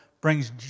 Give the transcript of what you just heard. brings